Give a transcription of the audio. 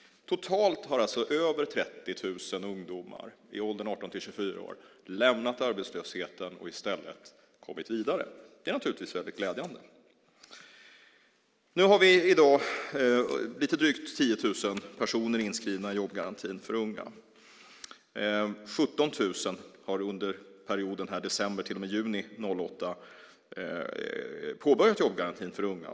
Totalt har alltså över 30 000 ungdomar i åldern 18-24 år lämnat arbetslösheten och i stället kommit vidare. Det är naturligtvis mycket glädjande. I dag har vi lite drygt 10 000 personer inskrivna i jobbgarantin för unga. 17 000 har under perioden december till och med juni 2008 påbörjat jobbgarantin för unga.